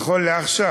נכון לעכשיו.